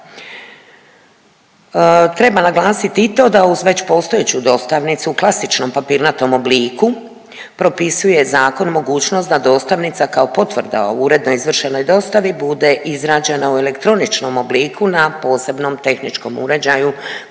Treba naglasit i to da uz već postojeću dostavnicu u klasičnom papirnatom obliku propisuje zakon mogućnost da dostavnica kao potvrda o uredno izvršenoj dostavi bude izrađena u elektroničnom obliku na posebnom tehničkom uređaju koji